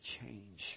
change